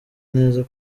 neza